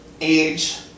age